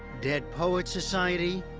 dead poets society,